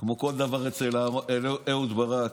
כמו כל דבר אצל אהוד ברק,